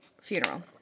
funeral